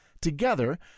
Together